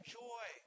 joy